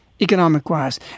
economic-wise